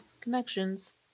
Connections